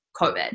COVID